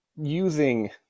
using